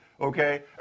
Okay